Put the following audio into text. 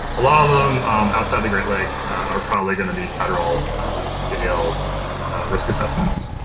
a lot of them outside the great lakes are probably going to be federal scale risk assessments,